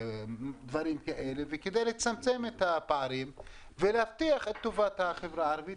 של דברים כאלה וכדי לצמצם את הפערים ולהבטיח את טובת החברה הערבית,